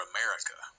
America